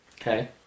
Okay